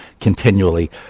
continually